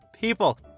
People